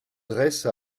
dresse